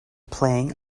playing